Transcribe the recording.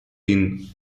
been